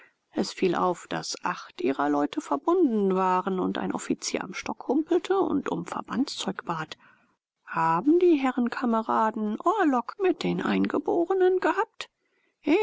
es fiel auf daß acht ihrer leute verbunden waren und ein offizier am stock humpelte und um verbandszeug bat haben die herren kameraden orlog mit den eingeborenen gehabt